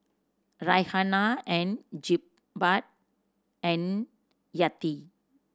Raihana and Jebat and Yati